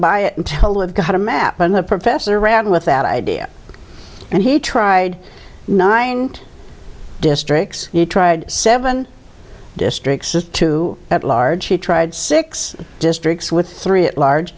buy it until it got a map and the professor ran with that idea and he tried nine districts he tried seven districts just two at large he tried six districts with three at large